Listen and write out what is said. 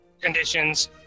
conditions